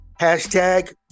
Hashtag